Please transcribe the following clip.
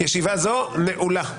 ישיבה זו נעולה.